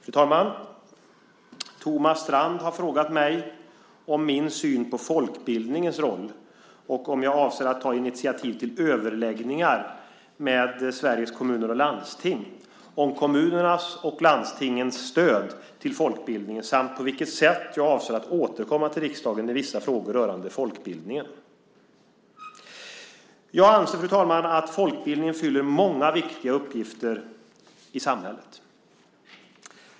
Fru talman! Thomas Strand har frågat mig om min syn på folkbildningens roll, om jag avser att ta initiativ till överläggningar med Sveriges Kommuner och Landsting om kommunernas och landstingens stöd till folkbildningen samt på vilket sätt jag avser att återkomma till riksdagen i vissa frågor rörande folkbildningen. Jag anser, fru talman, att folkbildningen fyller många viktiga uppgifter i samhället.